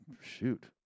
shoot